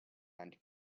and